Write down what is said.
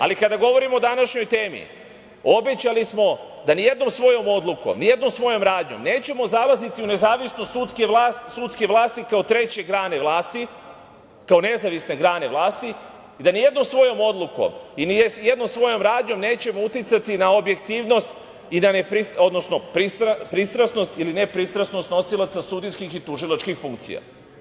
Ali, kada govorimo o današnjoj temi, obećali smo da ni jednom svojom odlukom, ni jednom svojom radnjom nećemo zalaziti u nezavisnost sudske vlasti, kao treće grane vlasti, kao nezavisne grane vlasti i da ni jednom svojom odlukom i ni jednom svojom radnjom nećemo uticati na objektivnost, odnosno pristrasnost ili nepristrasnost nosilaca sudijskih i tužilačkih funkcija.